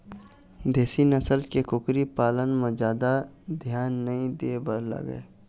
देशी नसल के कुकरी पालन म जादा धियान नइ दे बर लागय